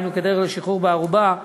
היינו כדרך לשחרור בערובה,